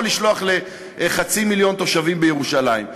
לשלוח לחצי מיליון תושבים בירושלים.